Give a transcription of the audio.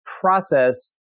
process